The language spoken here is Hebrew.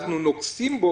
אנחנו נוגסים בו